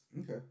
Okay